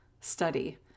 study